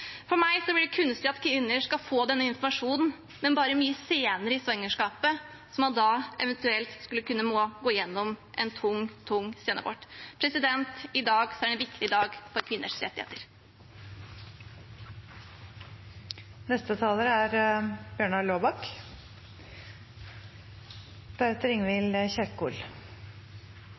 For meg blir det kunstig at kvinner skal få denne informasjonen bare mye senere i svangerskapet – så man da eventuelt skal måtte gå gjennom en tung, tung senabort. I dag er en viktig dag for kvinners rettigheter.